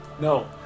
No